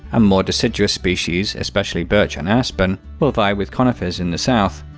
ah more deciduous species, especially birch and aspen, will vie with conifers in the south.